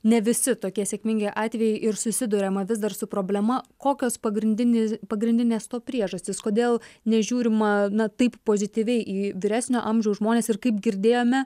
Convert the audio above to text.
ne visi tokie sėkmingi atvejai ir susiduriama vis dar su problema kokios pagrindinės pagrindinės to priežastys kodėl nežiūrima na taip pozityviai į vyresnio amžiaus žmones ir kaip girdėjome